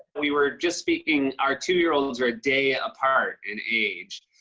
we were just speaking, our two year olds are a day apart in age.